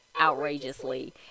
outrageously